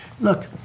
Look